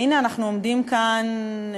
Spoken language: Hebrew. והנה אנחנו עומדים כאן,